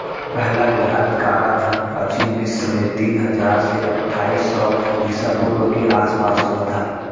पहला ज्ञात कराधान प्राचीन मिस्र में तीन हजार से अट्ठाईस सौ ईसा पूर्व के आसपास हुआ था